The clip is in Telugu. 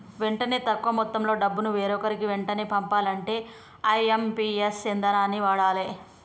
వెంటనే తక్కువ మొత్తంలో డబ్బును వేరొకరికి వెంటనే పంపాలంటే ఐ.ఎమ్.పి.ఎస్ ఇదానాన్ని వాడాలే